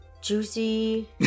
Juicy